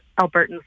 Albertans